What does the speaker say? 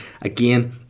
again